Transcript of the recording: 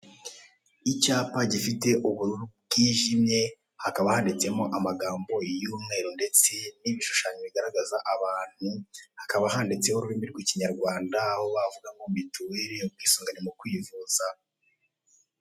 Icyapa gifite ubururu bwijimye, hakaba handitsemo amagambo y'umweru ndetse n'ibishushanyo bigaragaza abantu, hakaba handitseho ururimi rw'Ikinyarwanda aho ivuga ngo mituweli ubwisungane mu kwivuza.